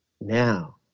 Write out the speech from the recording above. Now